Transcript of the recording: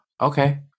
okay